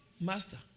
Master